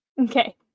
okay